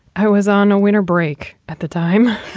i was on a winter break at the time.